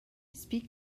speak